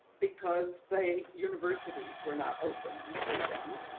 because they universities were not open to them,